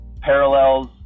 parallels